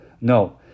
No